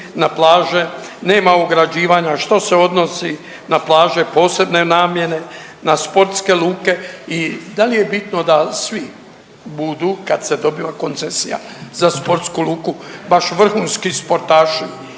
na plaže, nema ugrađivanja, što se odnosi na plaže posebne namjene, na sportske luke i da li je bitno da svi budu kad se dobiva koncesija za sportsku luku baš vrhunski sportaši